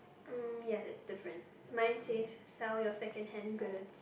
mm yes is different mine said sell your second hand goods